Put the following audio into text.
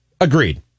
Agreed